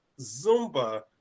Zumba